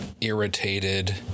Irritated